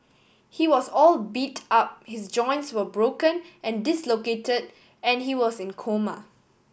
he was all beat up his joints were broken and dislocate and he was in coma